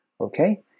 okay